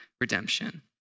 redemption